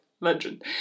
legend